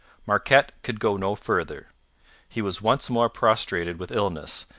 marquette could go no farther he was once more prostrated with illness,